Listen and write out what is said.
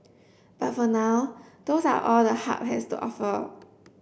but for now those are all the Hub has to offer